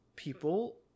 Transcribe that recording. People